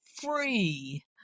free